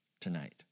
tonight